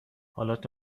آلات